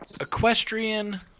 equestrian